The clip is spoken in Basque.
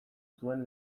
zuen